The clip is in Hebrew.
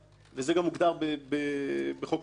וזה מוגדר גם בחוק ההסתדרות הציונית.